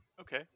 okay